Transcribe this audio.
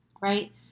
right